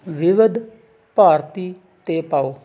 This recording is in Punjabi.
ਵਿਵਿਧ ਭਾਰਤੀ 'ਤੇ ਪਾਓ